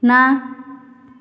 ନା